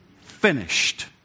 finished